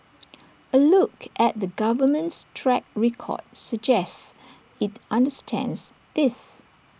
A look at the government's track record suggests IT understands this